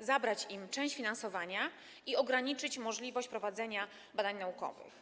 zabrać im część finansowania i ograniczyć możliwość prowadzenia badań naukowych.